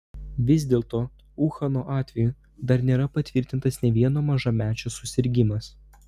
vis dėlto uhano atveju dar nėra patvirtintas nė vieno mažamečio susirgimas